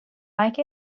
like